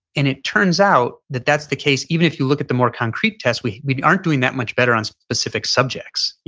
and it turns out that that's the case. even if you look at the more concrete tests we we aren't doing that much better on specific subjects,